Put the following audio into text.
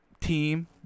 team